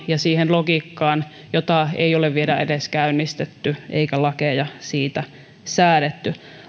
ja siihen logiikkaan jota ei ole vielä edes käynnistetty eikä lakeja siitä säädetty